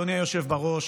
אדוני היושב-ראש,